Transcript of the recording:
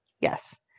Yes